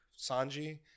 Sanji